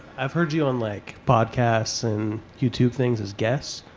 i've heard you on like podcasts and youtube things as guests.